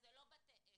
זה לא בתי עסק.